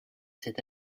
cet